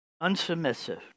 Unsubmissive